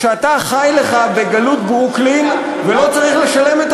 כשאתה חי לך בגלות ברוקלין ולא צריך לשלם אחר כך